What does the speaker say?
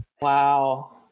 Wow